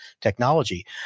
technology